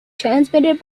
transmitted